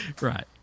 Right